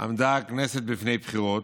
עמדה הכנסת בפני בחירות,